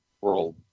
world